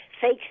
Fake